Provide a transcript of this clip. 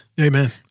Amen